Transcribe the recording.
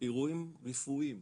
אירועים רפואיים,